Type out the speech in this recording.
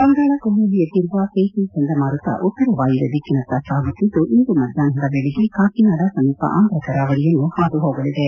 ಬಂಗಾಳಕೊಲ್ಲಿಯಲ್ಲಿ ಎದ್ದಿರುವ ಫೇಥ್ವೆ ಚಂಡಮಾರುತ ಉತ್ತರ ವಾಯುವ್ಯ ದಿಕ್ಕಿನತ್ತ ಸಾಗುತ್ತಿದ್ದು ಇಂದು ಮಧ್ನಾಹ್ವದ ವೇಳೆಗೆ ಕಾಕಿನಾಡ ಸಮೀಪ ಆಂಧ್ರ ಕರಾವಳಿಯನ್ನು ಹಾದುಹೋಗಲಿದೆ